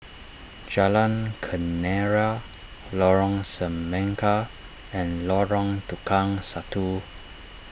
Jalan Kenarah Lorong Semangka and Lorong Tukang Satu